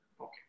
okay